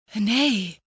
Nay